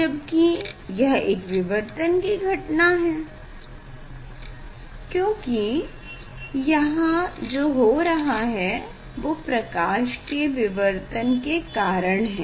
जबकि यह एक विवर्तन की घटना है क्योकि यहाँ जो हो रहा है वो प्रकाश के विवर्तन के कारण है